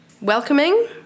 Welcoming